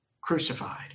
crucified